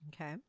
okay